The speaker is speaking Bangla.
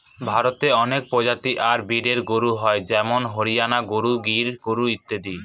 ভারতে অনেক প্রজাতি আর ব্রিডের গরু হয় যেমন হরিয়ানা গরু, গির গরু ইত্যাদি